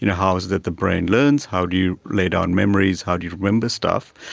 you know how is it that the brain learns, how do you lay down memories, how do you remember stuff.